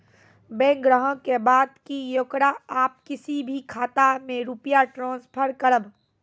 Bank ग्राहक के बात की येकरा आप किसी भी खाता मे रुपिया ट्रांसफर करबऽ?